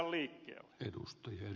arvoisa puhemies